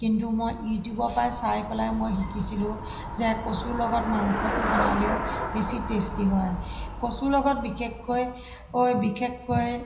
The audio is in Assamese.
কিন্তু মই ইউটিউবৰ পৰাই চাই পেলাই মই শিকিছিলোঁ যে কচুৰ লগত মাংসটো বনালেও বেছি টেষ্টি হয় কচুৰ লগত বিশেষকৈ বিশেষকৈ